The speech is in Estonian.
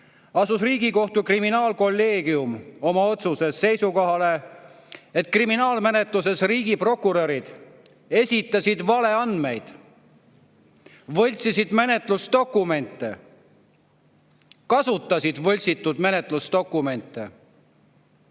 asus Riigikohtu kriminaalkolleegium oma otsuses seisukohale, et kriminaalmenetluses riigiprokurörid esitasid valeandmeid, võltsisid menetlusdokumente, kasutasid võltsitud menetlusdokumente,